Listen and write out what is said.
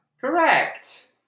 Correct